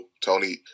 Tony